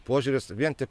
požiūris vien tik